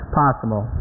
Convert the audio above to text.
possible